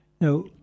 Now